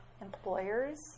employers